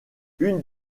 une